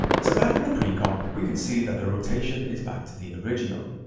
so back in the pre-comp, we can see that the rotation is back to the original.